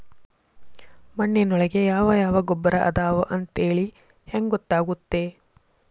ಮಣ್ಣಿನೊಳಗೆ ಯಾವ ಯಾವ ಗೊಬ್ಬರ ಅದಾವ ಅಂತೇಳಿ ಹೆಂಗ್ ಗೊತ್ತಾಗುತ್ತೆ?